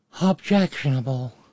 objectionable